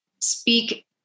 speak